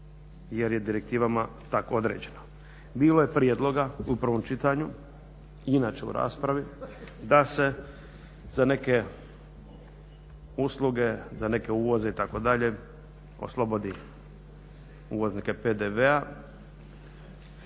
jer je direktivama tako određeno. Bilo je prijedloga u prvom čitanju i inače u raspravi da se za neke usluge, za neke uvoze itd., oslobodi uvoznike PDV-a,